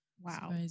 Wow